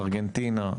ארגנטינה,